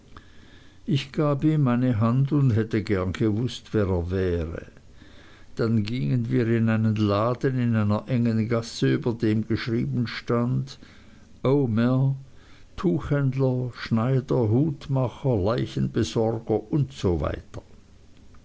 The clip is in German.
ich gab ihm meine hand und hätte gern gewußt wer er wäre dann gingen wir in einen laden in einer engen gasse über dem geschrieben stand omer tuchhändler schneider hutmacher leichenbesorger usw